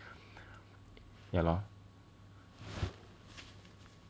ya lor